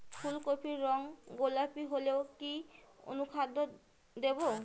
ফুল কপির রং গোলাপী হলে কি অনুখাদ্য দেবো?